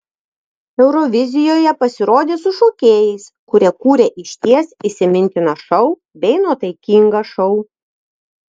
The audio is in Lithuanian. eurovizijoje pasirodė su šokėjais kurie kūrė išties įsimintiną šou bei nuotaikingą šou